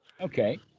Okay